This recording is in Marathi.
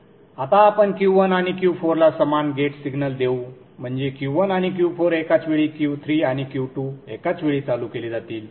आता आपण Q1 आणि Q4 ला समान गेट सिग्नल देऊ म्हणजे Q1 आणि Q4 एकाच वेळी Q3 आणि Q2 एकाच वेळी चालू केले जातात